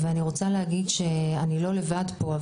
ואני רוצה להגיד שאני לא לבד פה,